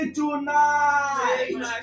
tonight